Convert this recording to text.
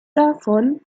davon